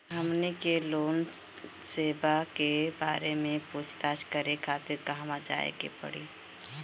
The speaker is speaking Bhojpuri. हमनी के लोन सेबा के बारे में पूछताछ करे खातिर कहवा जाए के पड़ी?